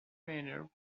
maneuver